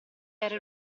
era